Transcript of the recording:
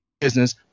business